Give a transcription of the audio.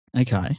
Okay